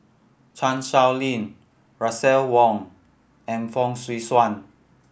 Chan Sow Lin Russel Wong and Fong Swee Suan